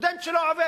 סטודנט שלא עובד.